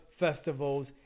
festivals